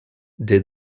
des